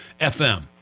FM